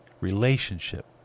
relationship